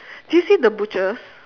did you see the butchers